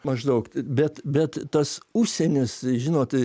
maždaug bet bet tas užsienis žinot